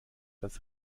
das